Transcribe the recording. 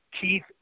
Keith